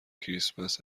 کریسمس